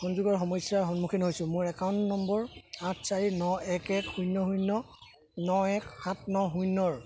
সংযোগৰ সমস্যাৰ সন্মুখীন হৈছোঁ মোৰ একাউণ্ট নম্বৰ আঠ চাৰি ন এক এক শূন্য শূন্য ন এক সাত ন শূন্যৰ